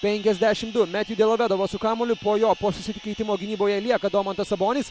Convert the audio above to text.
penkiasdešim du metju delovedova su kamuoliu po jo po susikeitimo gynyboje lieka domantas sabonis